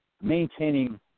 maintaining